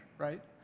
right